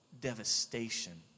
devastation